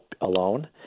alone